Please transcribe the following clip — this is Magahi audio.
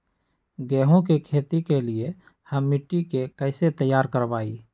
गेंहू की खेती के लिए हम मिट्टी के कैसे तैयार करवाई?